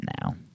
now